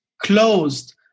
closed